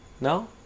No